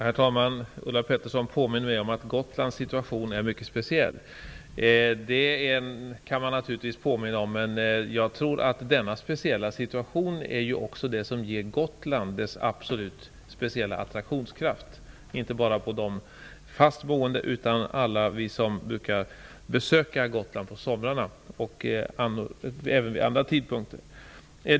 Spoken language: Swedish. Herr talman! Ulla Petterssson påminde mig om att Gotlands situation är mycket speciell. Det kan man naturligtvis göra, men jag tror att det är denna situation som ger Gotland dess speciella attraktionskraft, inte bara för de fast boende utan för alla dem som brukar besöka Gotland på somrarna och även vid andra tider.